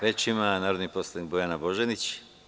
Reč ima narodni poslanik Bojana Božanić.